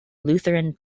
lutheran